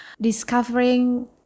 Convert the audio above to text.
Discovering